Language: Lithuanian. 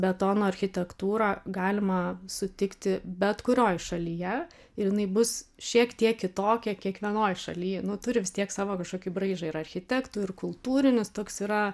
betono architektūrą galima sutikti bet kurioj šalyje ir jinai bus šiek tiek kitokia kiekvienoj šaly nu turi vis tiek savo kažkokį braižą ir architektų ir kultūrinis toks yra